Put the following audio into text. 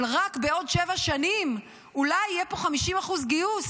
של רק בעוד שבע שנים אולי יהיו פה 50% גיוס,